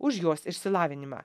už jos išsilavinimą